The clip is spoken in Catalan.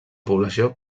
població